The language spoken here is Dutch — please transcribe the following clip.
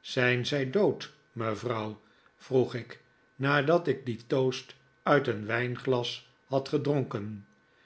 zijn zij dood mevrouw vroeg ik nadat ik dien toast uit een wijnglas had gedronken